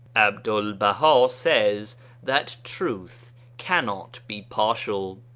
abdul baha says that truth cannot be partial.